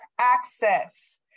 access